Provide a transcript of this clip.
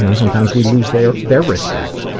and sometimes we lose their their respect.